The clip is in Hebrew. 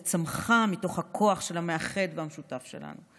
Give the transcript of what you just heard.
וצמחה מתוך הכוח של המאחד והמשותף שלנו.